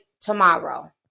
tomorrow